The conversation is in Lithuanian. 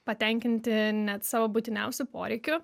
patenkinti net savo būtiniausių poreikių